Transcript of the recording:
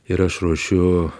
ir aš ruošiu